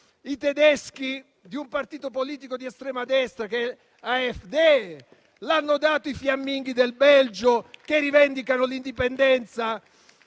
i tedeschi di un partito politico di estrema destra, AFD; lo hanno dato i fiamminghi del Belgio, che rivendicano l'indipendenza,